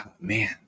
man